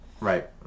Right